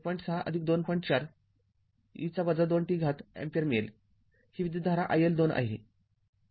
४ e २t ampere मिळेल ही विद्युतधारा iL२ आहे